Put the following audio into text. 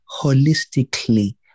holistically